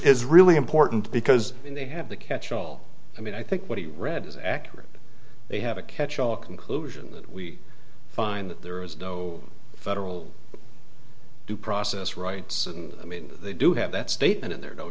really important because they have the catch all i mean i think what he read is accurate they have a catchall conclusion we find that there is no federal due process rights i mean they do have that statement in there